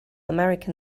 american